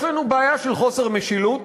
יש לנו בעיה של חוסר משילות.